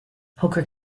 poker